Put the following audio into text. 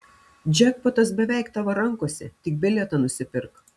džekpotas beveik tavo rankose tik bilietą nusipirk